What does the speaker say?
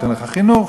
אתן לך חינוך.